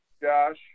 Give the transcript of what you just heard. Josh